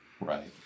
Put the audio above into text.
Right